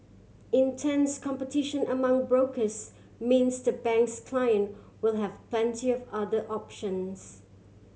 intense competition among brokers means the bank's client will have plenty of other options